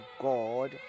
God